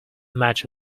match